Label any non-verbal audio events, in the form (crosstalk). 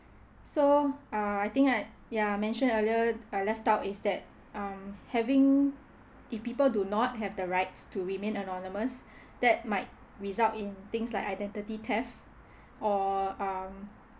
so uh I think I ya mentioned earlier I left out is that um having if people do not have the rights to remain anonymous (breath) that might results in things like identity theft or (breath) um